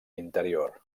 interior